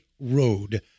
road